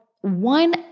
one